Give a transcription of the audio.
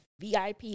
VIP